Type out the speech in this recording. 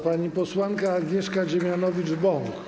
Pani posłanka Agnieszka Dziemianowicz-Bąk.